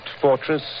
fortress